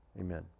Amen